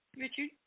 Richard